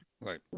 Right